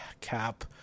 cap